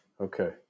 okay